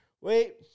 wait